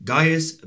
Gaius